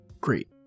Great